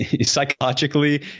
psychologically